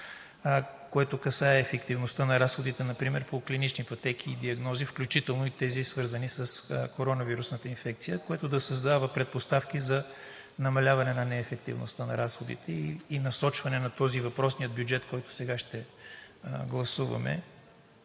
То касае ефективността на разходите например по клинични пътеки и диагнози, включително и тези, свързани с коронавирусната инфекция, което да създава предпоставки за намаляване на неефективността на разходите и насочване на този въпросен бюджет, който сега ще гласуваме,